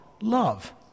love